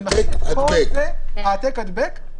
העתק-הדבק,